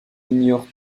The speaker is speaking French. ignore